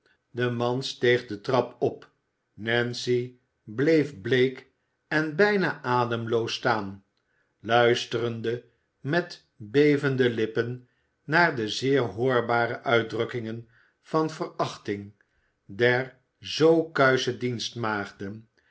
de man steeg de trap op nancy bleef bleek en bijna ademloos staan luisterde met bevende lippen naar de zeer hoorbare uitdrukkingen van verachting der